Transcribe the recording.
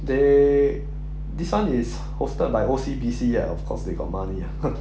they this [one] is hosted by O_C_B_C ah of course they got money ah